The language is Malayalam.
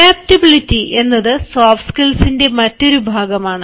അഡാപ്റ്റബിലിറ്റി എന്നത് സോഫ്റ്റ് സ്കിൽസിന്റെ മറ്റൊരു ഭാഗമാണ്